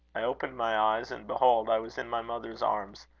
i opened my eyes, and behold! i was in my mother's arms,